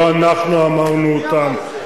לא אנחנו אמרנו אותן.